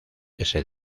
ese